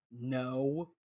No